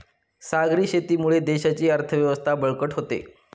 सागरी शेतीमुळे देशाची अर्थव्यवस्था बळकट होते